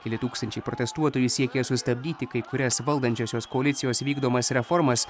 keli tūkstančiai protestuotojų siekė sustabdyti kai kurias valdančiosios koalicijos vykdomas reformas